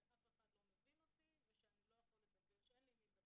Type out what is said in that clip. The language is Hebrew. שאף אחד לא מבין אותי ושאין לי עם מי לדבר.